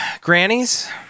grannies